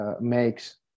makes